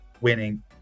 winning